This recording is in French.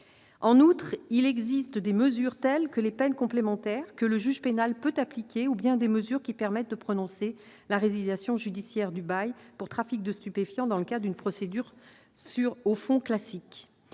En outre, il existe des mesures telles que les peines complémentaires, que le juge pénal peut appliquer, ou bien des mesures permettant de prononcer la résiliation judiciaire du bail pour trafic de stupéfiants dans le cadre d'une procédure au fond classique.